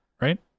Right